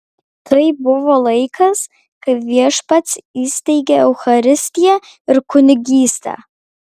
tai buvo laikas kai viešpats įsteigė eucharistiją ir kunigystę